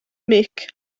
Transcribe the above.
mhic